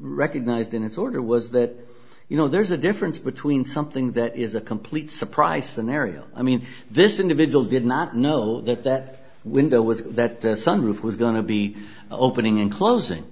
recognized in its order was that you know there's a difference between something that is a complete surprise scenario i mean this individual did not know that that window was that the sun roof was going to be opening and closing